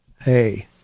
hey